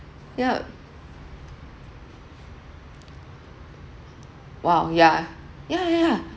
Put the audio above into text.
yup !wow! yeah ya ya ya